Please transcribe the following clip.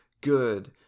good